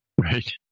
right